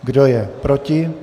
Kdo je proti?